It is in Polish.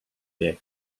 bieg